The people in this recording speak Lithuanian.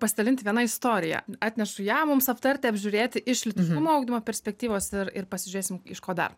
pasidalinti viena istorija atnešu ją mums aptarti apžiūrėti iš lytiškumo ugdymo perspektyvos ir ir pasižiūrėsim iš ko dar